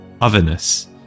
otherness